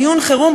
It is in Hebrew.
דיון חירום,